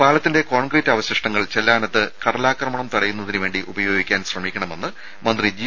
പാലത്തിന്റെ കോൺക്രീറ്റ് അവശിഷ്ടങ്ങൾ ചെല്ലാനത്ത് കടലാക്രമണം തടയുന്നതിനുവേണ്ടി ഉപയോഗിക്കാൻ ശ്രമിക്കണമെന്ന് മന്ത്രി ജി